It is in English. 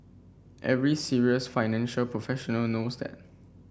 every serious financial professional knows that